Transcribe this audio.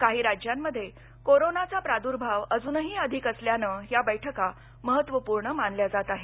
काही राज्यांमध्ये कोरोनाचा प्रादुर्भाव अजूनही अधिक असल्यानं या बैठका महत्वपूर्ण मानल्या जात आहेत